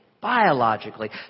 biologically